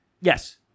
yes